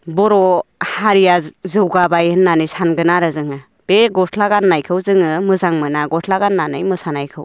बर' हारिया जौगाबाय होननानै सानगोन आरो जोङो बे गस्ला गाननायखौ जोङो मोजां मोना गस्ला गाननानै मोसानायखौ